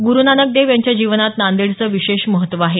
गुरुनानाक देव यांच्या जीवनात नांदेडचं विशेष महत्व आहे